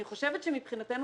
אני חושבת שמבחינתנו